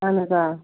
اَہَن حظ آ